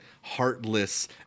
heartless